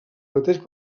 mateix